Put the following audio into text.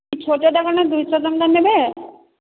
ଏ ଛୋଟଟା କଣ ଦୁଇଶହ ଟଙ୍କା ନେବେ